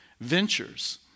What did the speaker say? ventures